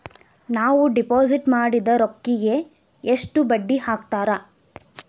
ನಾವು ಡಿಪಾಸಿಟ್ ಮಾಡಿದ ರೊಕ್ಕಿಗೆ ಎಷ್ಟು ಬಡ್ಡಿ ಹಾಕ್ತಾರಾ?